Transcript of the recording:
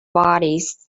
bodies